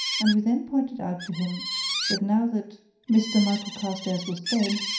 and we then pointed out to him that now that mr. michael carstairs was dead,